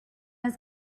his